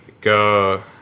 go